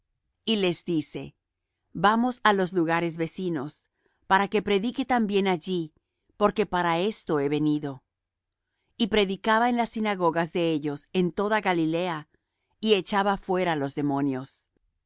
y les dice vamos á los lugares vecinos para que predique también allí porque para esto he venido y predicaba en las sinagogas de ellos en toda galilea y echaba fuera los demonios